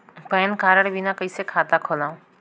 Pan card बिना कइसे खाता खोलव?